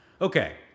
okay